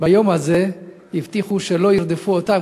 ביום הזה הבטיחו שלא ירדפו אותם,